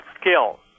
skills